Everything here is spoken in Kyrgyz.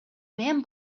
менен